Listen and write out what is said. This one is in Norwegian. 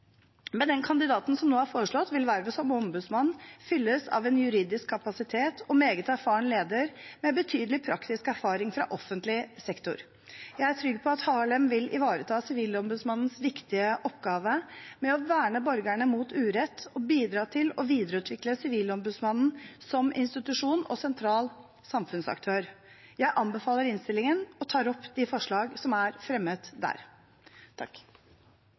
Med den kandidaten som nå er foreslått, vil vervet som ombudsmann fylles av en juridisk kapasitet og meget erfaren leder med betydelig praktisk erfaring fra offentlig sektor. Jeg er trygg på at Harlem vil ivareta Sivilombudsmannens viktige oppgave med å verne borgerne mot urett og bidra til å videreutvikle Sivilombudsmannen som institusjon og sentral samfunnsaktør. Jeg anbefaler innstillingen med de forslag som er fremmet der.